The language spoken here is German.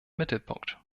mittelpunkt